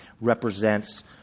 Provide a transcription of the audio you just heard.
represents